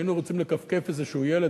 כשהיינו רוצים לכפכף איזה ילד,